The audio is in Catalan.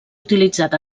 utilitzat